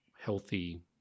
healthy